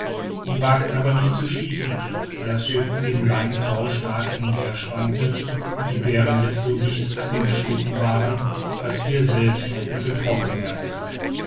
sie wagten aber nicht zu schießen weil das schiff an dem langen tau stark hin und herschwankte und die bären jetzt so dicht an dem schlitten waren daß wir selbst hätten getroffen werden können